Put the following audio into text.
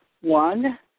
One